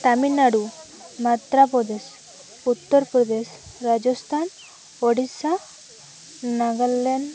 Tamil Nadu Madhya Pradesh Uttar Pradesh Rajasthan Odisha Nagaland